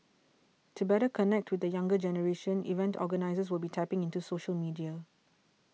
to better connect with the younger generation event organisers will be tapping into social media